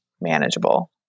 manageable